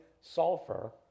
sulfur